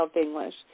English